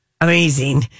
amazing